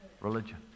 religion